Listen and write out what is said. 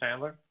Sandler